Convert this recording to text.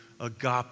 agape